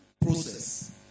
Process